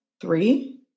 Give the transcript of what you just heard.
three